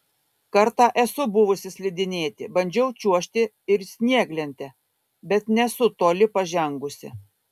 kartą esu buvusi slidinėti bandžiau čiuožti ir snieglente bet nesu toli pažengusi